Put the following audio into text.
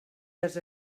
dels